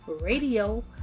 Radio